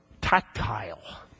tactile